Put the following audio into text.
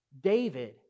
David